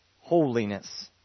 holiness